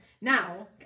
Now